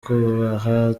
kubaha